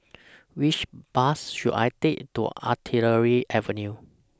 Which Bus should I Take to Artillery Avenue